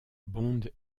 bond